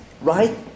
right